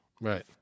Right